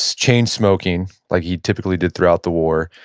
so chain smoking like he typically did throughout the war,